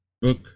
book